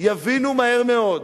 יבינו מהר מאוד